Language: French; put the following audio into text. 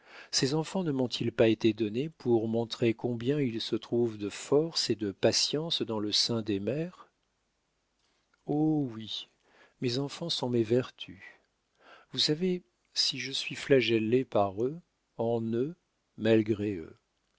ces enfants ne m'ont-ils pas été donnés pour montrer combien il se trouve de force et de patience dans le sein des mères oh oui mes enfants sont mes vertus vous savez si je suis flagellée par eux en eux malgré eux